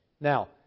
Now